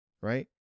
right